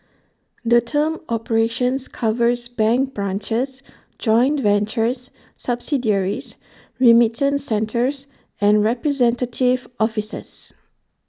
the term operations covers bank branches joint ventures subsidiaries remittance centres and representative offices